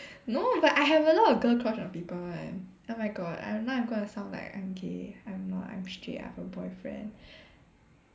no but I have a lot of girl crush on people [one] oh my god I know I'm going to sound like I'm gay I'm not I'm straight I have a boyfriend